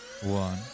one